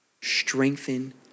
strengthen